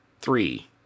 Three